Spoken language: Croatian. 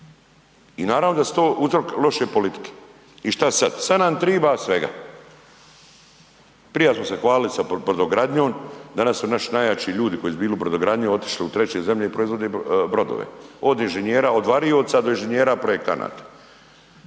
I naravno da su to uzrok loše politike. I što sad? Sad nam triba svega. Prije smo se hvalili sa brodogradnjom, danas su naši najjači ljudi koji su bili u brodogradnji otišli u 3. zemlje i proizvode brodove, od inženjera, od varioca do inženjera projektanata.